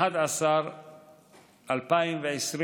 בנובמבר 2020,